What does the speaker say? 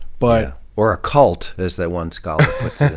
but or a cult. as that one scholar